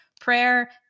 prayer